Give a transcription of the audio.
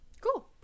Cool